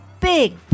big